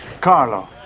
Carlo